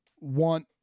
want